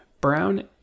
Brown